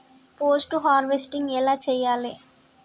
Post harvesting ఎలా చెయ్యాలే?